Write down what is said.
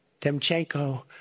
Demchenko